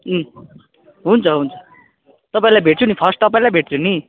हुन्छ हुन्छ तपाईँलाई भेट्छु नि फर्स्ट तपाईँलाई भेट्छु नि